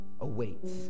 awaits